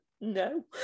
No